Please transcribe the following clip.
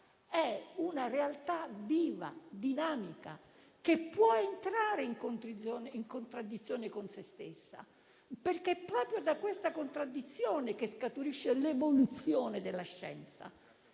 una realtà viva e dinamica, che può entrare in contraddizione con se stessa, perché è proprio da tale contraddizione che scaturisce l'evoluzione della scienza.